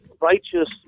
righteous